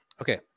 okay